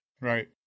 Right